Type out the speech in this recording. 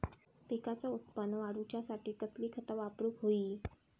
पिकाचा उत्पन वाढवूच्यासाठी कसली खता वापरूक होई?